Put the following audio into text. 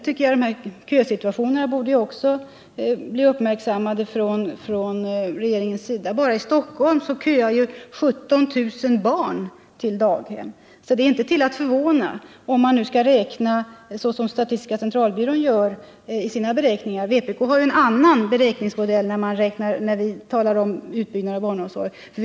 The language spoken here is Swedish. Vidare borde kösituationen uppmärksammas från regeringens sida. Bara i Stockholm köar 17 000 barn för en daghemsplats enligt statistiska centralbyråns beräkningar. Vpk har en annan beräkningsmodell när det gäller utbyggnaden av barnomsorgen.